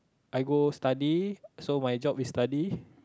I go study so my job is study